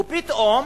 ופתאום,